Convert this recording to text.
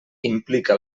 implica